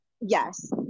Yes